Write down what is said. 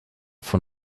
von